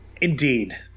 Indeed